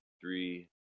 three